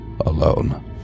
Alone